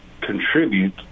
contribute